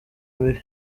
mibi